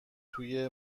توی